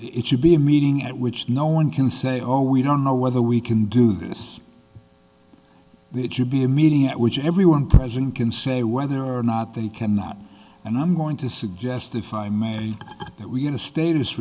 it should be a meeting at which no one can say oh we don't know whether we can do this that it should be a meeting at which everyone present can say whether or not they can not and i'm going to suggest if i may that we had a status